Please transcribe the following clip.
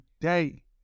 day